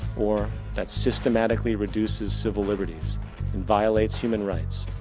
or that systematicly reduces several libertys and violates human rights,